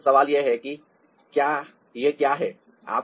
अब सवाल यह है कि यह क्या है